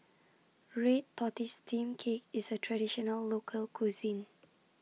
Red Tortoise Steamed Cake IS A Traditional Local Cuisine